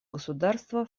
государства